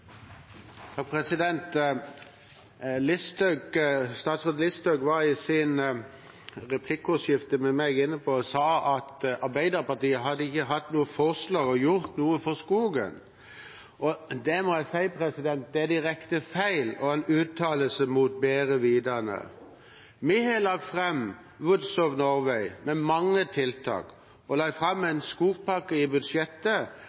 Statsråd Listhaug sa i sitt replikksvar til meg at Arbeiderpartiet ikke hadde hatt noen forslag og ikke gjort noe for skogen. Det er direkte feil og en uttalelse mot bedre vitende. Vi la fram rapporten Woods of Norway med mange tiltak, og vi la fram en skogpakke i budsjettet,